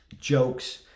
jokes